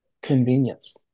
convenience